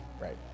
right